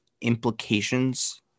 implications